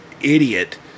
idiot